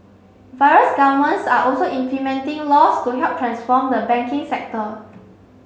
various governments are also implementing laws to help transform the banking sector